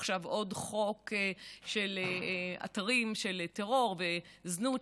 עכשיו עוד חוק של אתרים של טרור וזנות,